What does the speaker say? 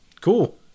Cool